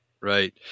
right